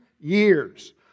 years